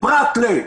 פרט ל...